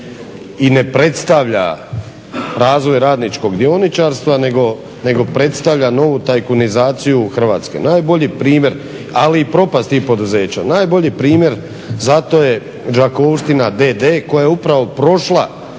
i ne predstavlja razvoj radničkog dioničarstva nego predstavlja novu tajkunizaciju Hrvatske. Najbolji primjer, ali i propast tih poduzeća. Najbolji primjer, za to je Đakovština d.d. koja je upravo prošla